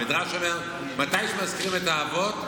המדרש אומר: מתי שמזכירים את האבות,